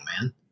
man